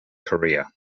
korea